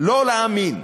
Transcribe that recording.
לא להאמין.